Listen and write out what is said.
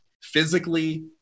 physically